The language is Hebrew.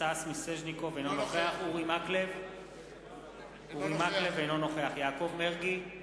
אינו נוכח אורי מקלב, אינו נוכח יעקב מרגי,